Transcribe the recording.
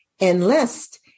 enlist